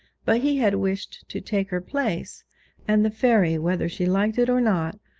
but he had wished to take her place and the fairy, whether she liked it or not,